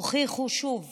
הוכיחו שוב